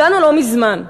אולי הוא לא מבין באוצר?